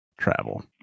travel